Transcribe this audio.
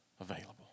available